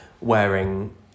wearing